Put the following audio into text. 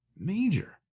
Major